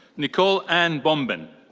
nicole ann bomben.